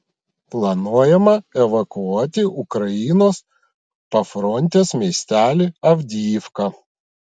planuojama evakuoti ukrainos pafrontės miestelį avdijivką